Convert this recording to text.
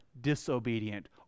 disobedient